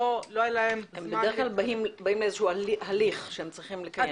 לא היה להם --- הם בדרך כלל באים לאיזה שהוא הליך שהם צריכים לקיים?